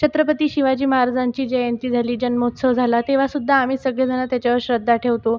छत्रपती शिवाजी महाराजांची जयंती झाली जन्मोत्सव झाला तेव्हासुद्धा आम्ही सगळेजण त्याच्यावर श्रद्धा ठेवतो